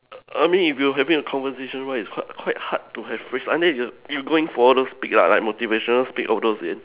I mean if you having a conversation one is quite quite hard to have phrase unless you you going for all those speak like motivation speak all those in